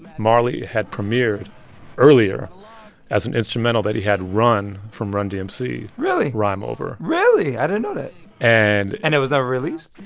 marley had premiered earlier as an instrumental that he had run from run-dmc. really. rhyme over really? i didn't know that and. and it was never released?